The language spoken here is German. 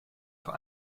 vor